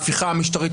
ההפיכה המשטרית,